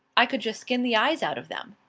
i could just skin the eyes out of them.